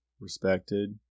respected